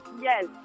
Yes